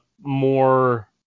more